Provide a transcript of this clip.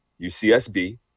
UCSB